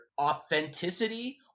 authenticity